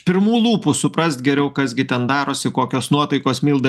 pirmų lūpų suprast geriau kas gi ten darosi kokios nuotaikos milda